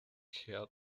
head